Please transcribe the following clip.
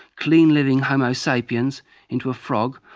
clean living homo sapiens into a frog,